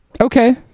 Okay